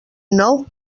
nou